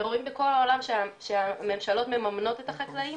ורואים בכל העולם שממשלות מממנות את החקלאים.